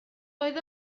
oedd